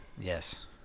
Yes